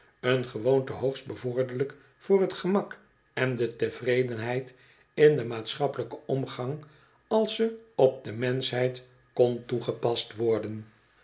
een gewoonte hoogst bevorderlijk voor t gemak en de tevredenheid in den maatschappelijken omgang als ze op de menschheid kon toegepast worden